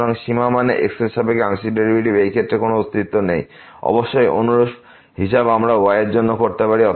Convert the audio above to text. সুতরাং সীমা মানে x এর সাপেক্ষে আংশিক ডেরিভেটিভ এই ক্ষেত্রে কোন অস্তিত্ব নেই এবং অবশ্যই অনুরূপ হিসাব আমরা y এর জন্য কি করতে পারি